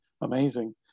amazing